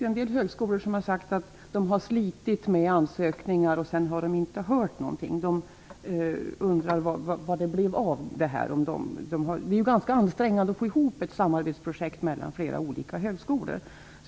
På en del högskolor har man sagt att man har slitit med ansökningar, men sedan har man inte hört någonting. Man undrar vad det blev av ansökningarna. Det är ganska ansträngande att få ihop ett samarbetsprojekt mellan flera olika högskolor.